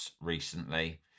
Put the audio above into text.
recently